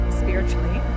spiritually